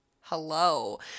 hello